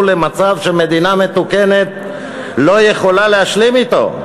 למצב שמדינה מתוקנת לא יכולה להשלים אתו.